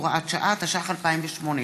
פדידה, סאלח סעד,